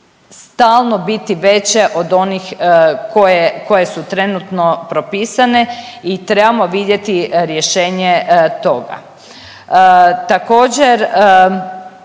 stalno biti veće od onih koje su trenutno propisane i trebamo vidjeti rješenje toga?